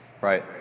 right